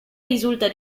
risulta